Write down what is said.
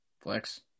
Flex